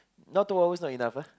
now two hours not enough ah